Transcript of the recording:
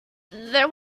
there